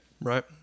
Right